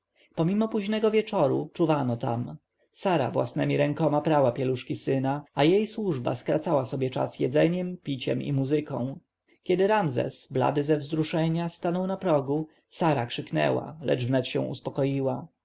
pomimo późnego wieczoru czuwano tam sara własnemi rękoma prała pieluszki syna a jej służba skracała sobie czas jedzeniem piciem i muzyką kiedy ramzes blady ze wzruszenia stanął na progu sara krzyknęła lecz wnet się uspokoiła